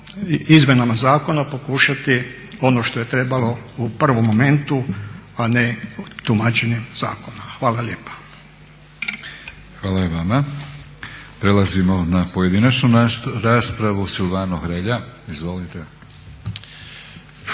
izmjenama zakona pokušati ono što je trebalo u prvom momentu, a ne tumačenjem zakona. Hvala lijepa. **Batinić, Milorad (HNS)** Hvala i vama. Prelazimo na pojedinačnu raspravu. Silvano Hrelja. Izvolite.